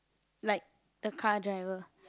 like the car driver